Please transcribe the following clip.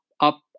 up